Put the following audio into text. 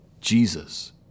Jesus